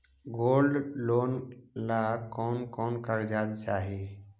Gold loan ला कौन कौन कागजात चाही?